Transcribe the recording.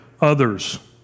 others